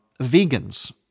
vegans